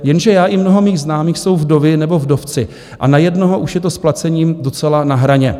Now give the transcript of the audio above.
Jenže já i mnoho mých známých jsou vdovy nebo vdovci a na jednoho už je to s placením docela na hraně.